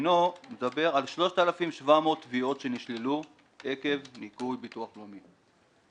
שאינו מדבר על 3,700 תביעות שנשללו עקב ניכוי ביטוח לאומי.